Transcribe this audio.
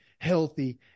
healthy